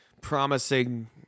promising